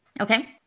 Okay